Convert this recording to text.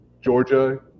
Georgia